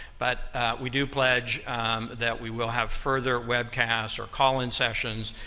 but we do pledge that we will have further webcasts or call-in sessions,